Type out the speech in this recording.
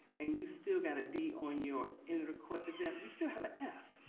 and you still got a d on your interim course exam, you still have an f